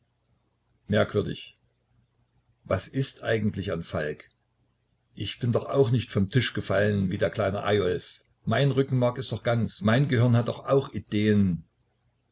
merkwürdig was ist eigentlich an falk ich bin doch nicht auch vom tische gefallen wie der kleine eyolf mein rückenmark ist doch ganz mein gehirn hat doch auch ideen